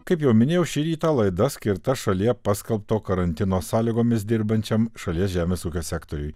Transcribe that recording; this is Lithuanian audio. kaip jau minėjau šį rytą laida skirta šalyje paskelbto karantino sąlygomis dirbančiam šalies žemės ūkio sektoriui